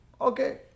Okay